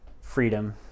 freedom